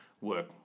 work